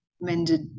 mended